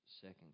second